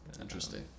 Interesting